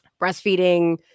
breastfeeding